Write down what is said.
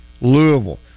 Louisville